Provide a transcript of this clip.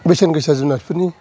बेसोन गोसा जुनाद फोरनि